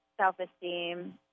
self-esteem